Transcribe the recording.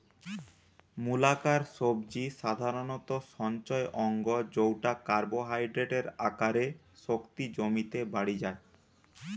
মূলাকার সবজি সাধারণত সঞ্চয় অঙ্গ জউটা কার্বোহাইড্রেটের আকারে শক্তি জমিতে বাড়ি যায়